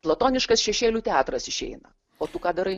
platoniškas šešėlių teatras išeina o tu ką darai